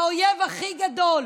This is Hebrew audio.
האויב הכי גדול,